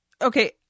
okay